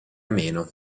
meno